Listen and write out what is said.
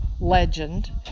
legend